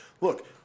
look